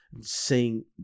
seeing